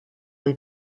või